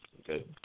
okay